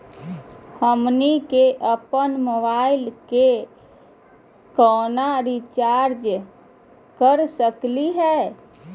हमनी के अपन मोबाइल के केना रिचार्ज कर सकली हे?